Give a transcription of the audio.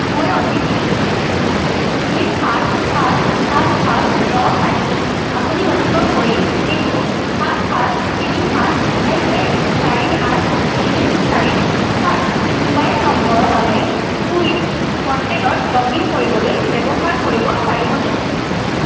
মই O T P দুই সাত সাত সাত সাত ন পাইছো আপুনি অনুগ্ৰহ কৰি সেইটো সাত সাত তিনি সাত এক এক চাৰি আঠ তিনি চাৰি সাত মোবাইল নম্বৰৰ বাবে কো ৱিন প'ৰ্টেলত লগ ইন কৰিবলৈ ব্যৱহাৰ কৰিব পাৰিবনে